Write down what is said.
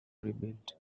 rebuilt